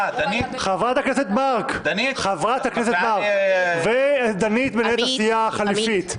חברת הכנסת מארק ודנית מנהלת הסיעה החליפית,